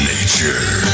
Nature